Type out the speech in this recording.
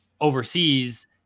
overseas